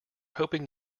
hoping